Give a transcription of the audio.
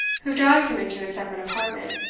who dragged him into a separate apartment.